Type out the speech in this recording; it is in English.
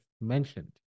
mentioned